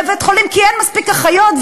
בבית-החולים כי אין מספיק אחיות,